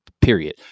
period